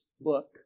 book